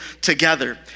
together